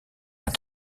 rien